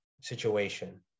situation